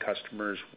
customers